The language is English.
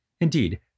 Indeed